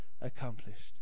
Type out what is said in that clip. accomplished